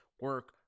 Work